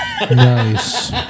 Nice